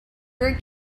very